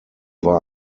war